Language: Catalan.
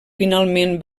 finalment